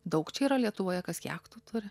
daug čia yra lietuvoje kas jachtų turi